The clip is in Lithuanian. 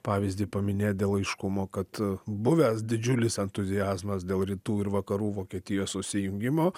pavyzdį paminėt dėl aiškumo kad buvęs didžiulis entuziazmas dėl rytų ir vakarų vokietijos susijungimo